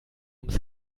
ums